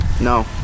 no